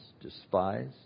despise